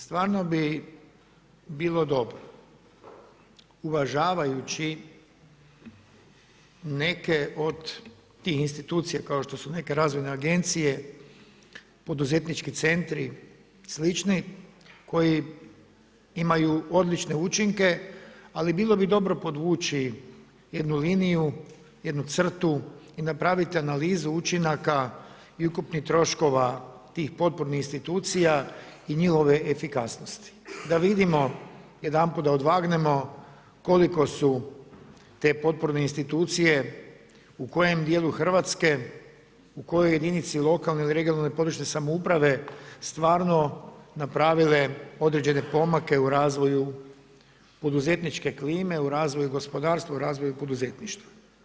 Stvarno bi bilo dobro, uvažavajući neke od tih institucija, kao što su neke razvojne agencije, poduzetnički centri slični koji imaju odlične učinke, ali bilo bi dobro podvući jednu liniju, jednu crtu i napraviti analizu učinaka i ukupnih troškova tih potpornih institucija i njihove efikasnosti da vidimo, jedanput da odvagnemo koliko su te potporne institucije u kojem djelu Hrvatske, u kojoj jedinici lokalne ili regionalne područne samouprave stvarno napravile određene pomake u razvoju poduzetničke klime, u razvoju gospodarstva, u razvoju poduzetništva.